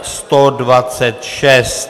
126.